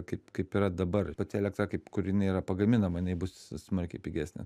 kaip kaip yra dabar pati elektra kaip kur jinai yra pagaminama jinai bus smarkiai pigesnė